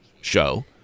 show